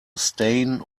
stain